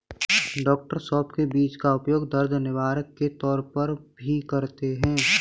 डॉ सौफ के बीज का उपयोग दर्द निवारक के तौर पर भी करते हैं